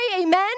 Amen